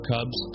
Cubs